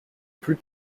plus